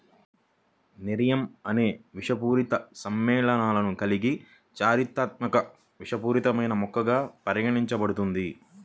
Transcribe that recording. nerium అనేక విషపూరిత సమ్మేళనాలను కలిగి చారిత్రాత్మకంగా విషపూరితమైన మొక్కగా పరిగణించబడుతుంది